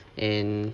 and